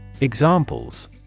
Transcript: Examples